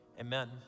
amen